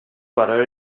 butter